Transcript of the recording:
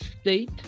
state